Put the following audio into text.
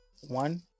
one